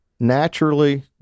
naturally